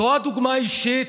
זו הדוגמה האישית?